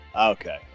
Okay